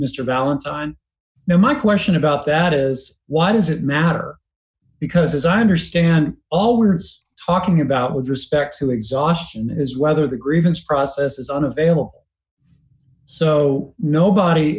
mr valentine no my question about that is why does it matter because as i understand all words talking about with respect to exhaustion is whether the grievance process is unavailable so nobody